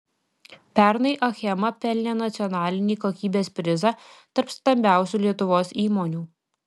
pernai achema pelnė nacionalinį kokybės prizą tarp stambiausių lietuvos įmonių